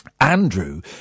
Andrew